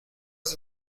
has